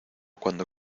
cuando